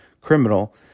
criminal